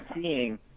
seeing